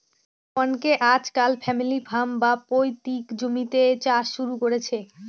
অনকে আজকাল family farm, বা পৈতৃক জমিতে চাষ শুরু করেছে